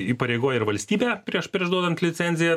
įpareigoja ir valstybę prieš prieš duodant licenziją